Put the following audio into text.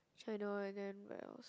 China and then what else